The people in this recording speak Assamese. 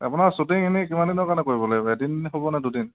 আপোনাৰ শ্বুটিং এনেই কিমান দিনৰ কাৰণে কৰিব লাগিব এদিন হ'ব নে দুদিন